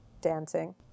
Dancing